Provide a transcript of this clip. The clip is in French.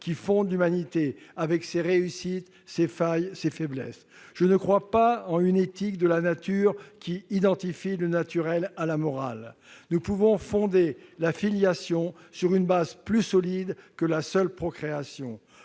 qui fonde l'humanité, avec ses réussites, ses failles, ses faiblesses. Je ne crois pas en une éthique de la nature identifiant la morale au naturel. Nous pouvons fonder la filiation sur une base plus solide que la seule procréation